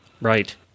Right